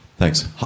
Thanks